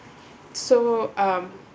so um